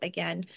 Again